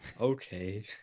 okay